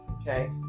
Okay